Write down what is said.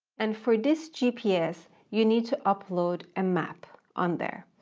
and for this gps you need to upload a map on there.